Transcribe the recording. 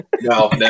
No